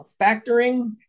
factoring